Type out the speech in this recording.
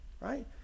right